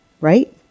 right